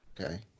Okay